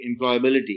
employability